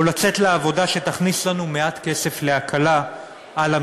או לצאת לעבודה שתכניס לנו מעט כסף להקלת המחיה.